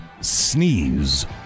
Sneeze